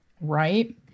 Right